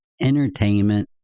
entertainment